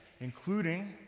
including